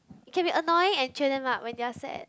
it can be annoying and cheer them up when they are sad